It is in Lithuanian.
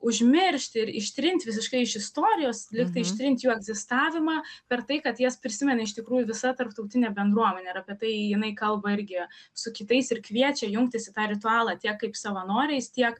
užmiršti ir ištrint visiškai iš istorijos lygtai ištrint jų egzistavimą per tai kad jas prisimena iš tikrųjų visa tarptautinė bendruomenė ir apie tai jinai kalba irgi su kitais ir kviečia jungtis į tą ritualą tiek kaip savanoriais tiek